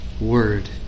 Word